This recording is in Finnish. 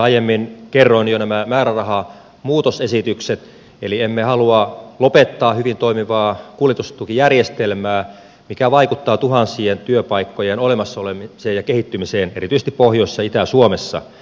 aiemmin kerroin jo nämä määrärahamuutosesitykset eli emme halua lopettaa hyvin toimivaa kuljetustukijärjestelmää mikä vaikuttaa tuhansien työpaikkojen olemassaolemiseen ja kehittymiseen erityisesti pohjois ja itä suomessa